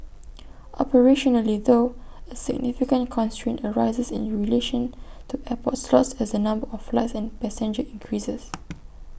operationally though A significant constraint arises in relation to airport slots as the number of flights and passengers increases